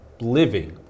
living